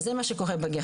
אז זה מה שקורה בגרמניה.